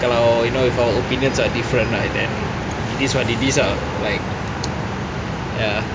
kalau you know if our opinions are different right then it is what it is ah like ya